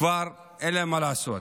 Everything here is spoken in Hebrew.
כבר אין להם מה לעשות.